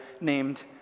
named